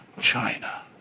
china